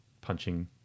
punching